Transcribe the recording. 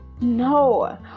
No